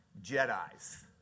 Jedis